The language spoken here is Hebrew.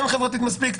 כן חברתית מספיק,